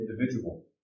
individual